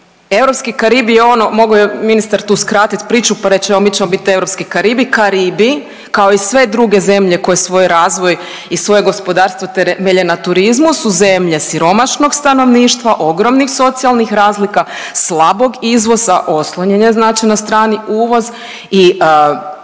Europski Karibi je ono, mogao je ministar tu skratiti priču pa reći, evo, mi ćemo biti europski Karibi, Karibi, kao i sve druge zemlje koje svoj razvoj i svoje gospodarstvo temelje na turizmu su zemlje siromašnog stanovništva, ogromnih socijalnih razloga, slabog izvoza, oslonjene znači na strani uvoz i